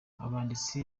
abanditsi